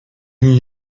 gün